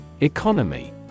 Economy